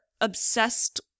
obsessed